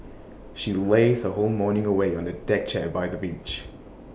she lazed her whole morning away on A deck chair by the beach